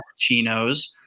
cappuccinos